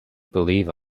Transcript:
believe